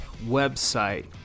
website